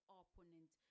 opponent